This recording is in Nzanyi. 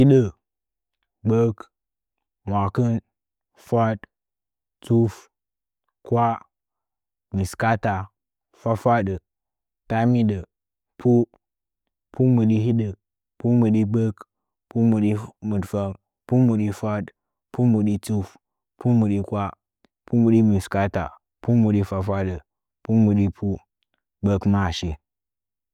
Hidəu, gbək mɨdfəng, fwaɗ, tuf kwash, mɨskaata, fwa fwaɗə, taanbidə lu pu mbɨdi hidə, pu mbɨdi gbək pu mbɨdi mɨdfəng nu mbɨɗi fwaɗ pu mbɨɗi tuf pu mbiɗi kwah pu mbɨɗi mɨskaata pu mbɨɗi fwafwaɗə, pu mbɨdi faambidə pu mbɨdi pu gbək maashi.